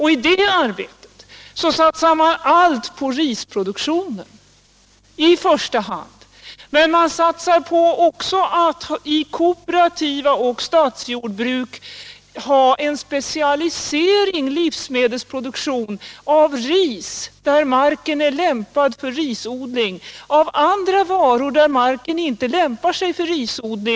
I det arbetet satsar man först och främst på risodling men också i kooperativa och statliga jordbruk på en specialiserad intensiv livsmedelsproduktion — av ris där marken är lämpad för risodling och av andra varor där marken inte lämpar sig för risodling.